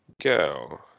go